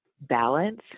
balance